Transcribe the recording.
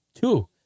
two